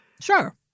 Sure